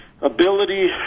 ability